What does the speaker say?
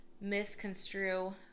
misconstrue